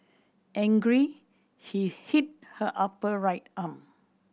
angry he hit her upper right arm